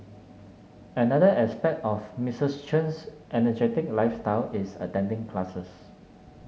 another aspect of Mistress Chen's energetic lifestyle is attending classes